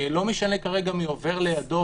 לא משנה כרגע מי עובר לידו,